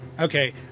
okay